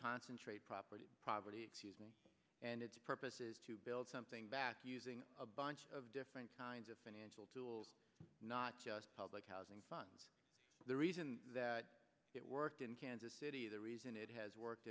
dick onsen trade property property and it's purpose is to build something back using a bunch of different kinds of financial tools not just public housing fund the reason that it worked in kansas city the reason it has worked